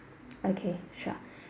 okay sure